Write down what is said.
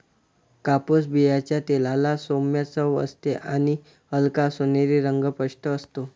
कापूस बियांच्या तेलाला सौम्य चव असते आणि हलका सोनेरी रंग स्पष्ट असतो